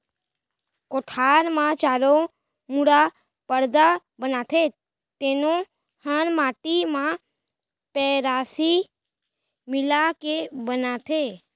कोठार म चारों मुड़ा परदा बनाथे तेनो हर माटी म पेरौसी मिला के बनाथें